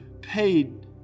paid